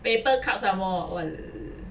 paper cups somemore wa~